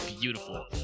beautiful